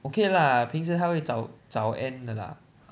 okay lah 平时他会早早 end 的 lah